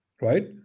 right